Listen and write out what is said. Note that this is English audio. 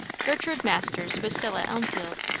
gertrude masters was still at elmfield,